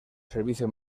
servicio